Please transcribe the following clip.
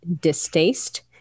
distaste